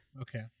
Okay